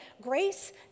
grace